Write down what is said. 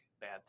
bad